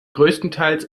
größtenteils